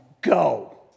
go